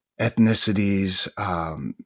ethnicities